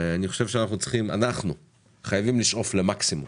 אני חושב שאנחנו חייבים לשאוף למקסימום,